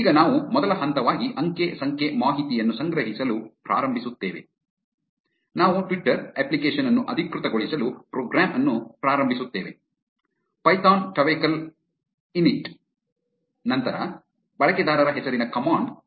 ಈಗ ನಾವು ಮೊದಲ ಹಂತವಾಗಿ ಅಂಕಿ ಸಂಖ್ಯೆ ಮಾಹಿತಿವನ್ನು ಸಂಗ್ರಹಿಸಲು ಪ್ರಾರಂಭಿಸುತ್ತೇವೆ ನಾವು ಟ್ವಿಟರ್ ಅಪ್ಲಿಕೇಶನ್ ಅನ್ನು ಅಧಿಕೃತಗೊಳಿಸಲು ಪ್ರೋಗ್ರಾಂ ಅನ್ನು ಪ್ರಾರಂಭಿಸುತ್ತೇವೆ ಪೈಥಾನ್ ಟವೆಕಲ್ ಇನ್ಇಟ್ ನಂತರ ಬಳಕೆದಾರರ ಹೆಸರಿನ ಕಮಾಂಡ್ ಚಲಾಯಿಸುತ್ತೇವೆ